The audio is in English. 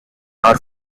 are